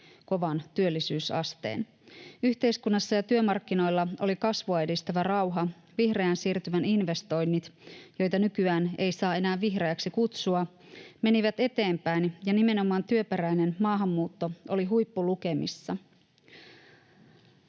kovan työllisyysasteen. Yhteiskunnassa ja työmarkkinoilla oli kasvua edistävä rauha. Vihreän siirtymän investoinnit, joita nykyään ei saa enää vihreäksi kutsua, menivät eteenpäin, ja nimenomaan työperäinen maahanmuutto oli huippulukemissa.